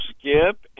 Skip